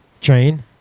Train